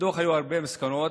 בדוח היו הרבה מסקנות,